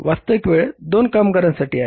वास्तविक वेळ दोन कामगारांसाठी आहे